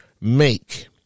make